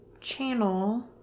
channel